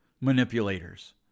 manipulators